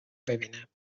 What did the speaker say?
ببینم